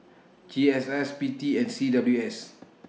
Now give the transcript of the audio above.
G S S P T and C W S